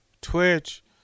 Twitch